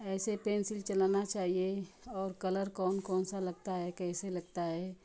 ऐसे पेंसिल चलाना चाहिए और कलर कौन कौन सा लगता है कैसे लगता है